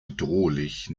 bedrohlich